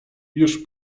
już